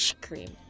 cream